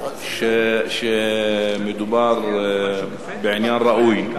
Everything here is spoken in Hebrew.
מדובר בעניין ראוי,